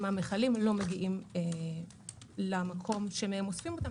המכלים לא מגיעים למקום שמהם אוספים אותם.